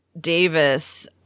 Davis